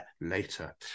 Later